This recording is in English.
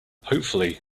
hopefully